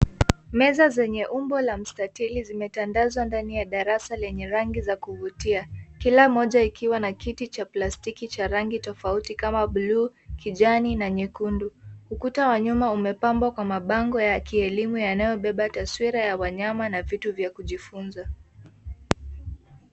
Meza zenye umbo la mstateli zimetandazwa ndani ya darasa lenye rangi za kuvutia. Kila moja ikiwa na kiti cha plastiki cha rangi tofauti kama buluu, kijani na nyekundu. Ukuta wa nyuma umepambwa kwa mabango ya kielimu yanayobeba taswira ya wanyama na vitu vya kujifunza.